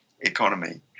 economy